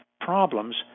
problems